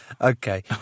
Okay